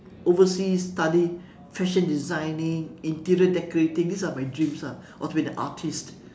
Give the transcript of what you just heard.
overseas study fashion designing interior decorating these are my dreams lah or to be an artist